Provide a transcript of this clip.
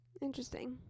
Interesting